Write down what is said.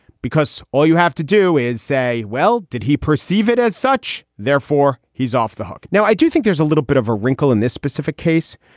because all you have to do is say, well, did he perceive it as such? therefore, he's off the hook. now, i do think there's a little bit of a wrinkle in this specific case.